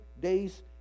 days